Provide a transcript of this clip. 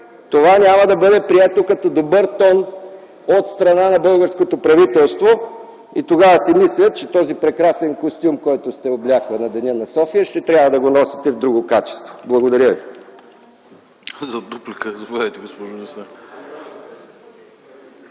това няма да бъде прието като добър тон от страна на българското правителство и тогава си мисля, че този прекрасен костюм, който сте облекли за Деня на София, ще трябва да го носите в друго качество. Благодаря ви.